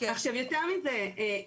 יותר מזה,